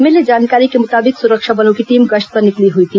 मिली जानकारी के मुताबिक सुरक्षा बलों की टीम गश्त पर निकली हुई थी